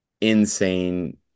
insane